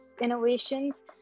Innovations